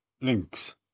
Links